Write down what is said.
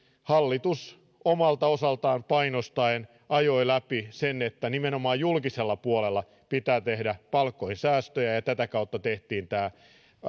hallitus omalta osaltaan painostaen ajoi läpi sen että nimenomaan julkisella puolella pitää tehdä palkkoihin säästöä ja tätä kautta tehtiin tämä